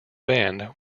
band